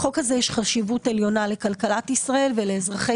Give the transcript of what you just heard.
לחוק הזה חשיבות עליונה לכלכלת ישראל ולאזרחי